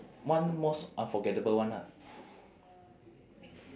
one most unforgettable one ah